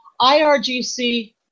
IRGC